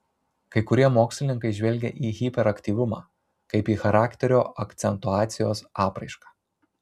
kai kurie mokslininkai žvelgia į hiperaktyvumą kaip į charakterio akcentuacijos apraišką